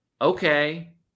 okay